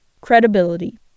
Credibility